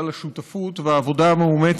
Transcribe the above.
על השותפות ועל העבודה המאומצת